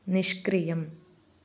निष्क्रियम्